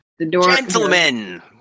Gentlemen